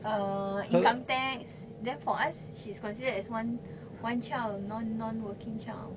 err income tax then for us she's considered as one one child non non-working child